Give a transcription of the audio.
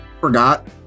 forgot